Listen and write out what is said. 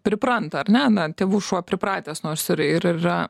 pripranta ar ne na tėvų šuo pripratęs nors ir ir yra